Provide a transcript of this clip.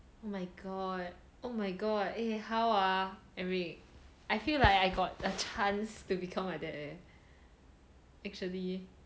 my god oh my god eh how ah eric I feel like I got a chance to become like that leh actually